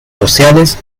sociales